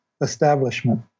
establishment